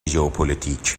ژئوپلیتک